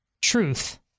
truth